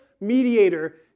mediator